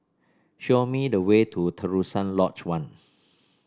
show me the way to Terusan Lodge One